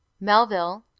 melville